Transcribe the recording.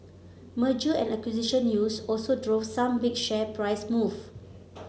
merger and acquisition news also drove some big share price moves